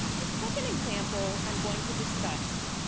the second example i'm going to discuss,